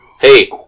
Hey